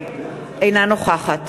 אינה נוכחת